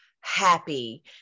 happy